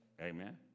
Amen